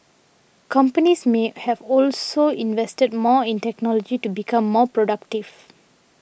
companies may have also invested more in technology to become more productive